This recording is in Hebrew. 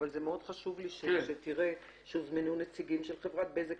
אבל מאוד חשוב לי שתראה שהוזמנו נציגים של חברת בזק,